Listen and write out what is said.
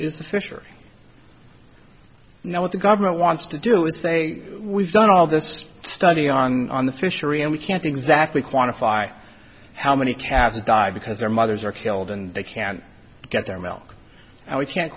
the fishery now what the government wants to do is say we've done all this study on the fishery and we can't exactly quantify how many cabins die because their mothers are killed and they can't get their milk and we can't